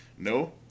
No